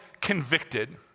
convicted